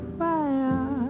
fire